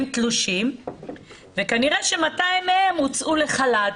תלושים וכנראה ש-200 מהם הוצאו לחל"ת.